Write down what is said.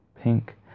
pink